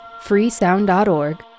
freesound.org